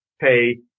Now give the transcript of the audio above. pay